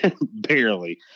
barely